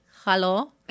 hello